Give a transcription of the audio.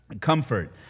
Comfort